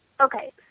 Okay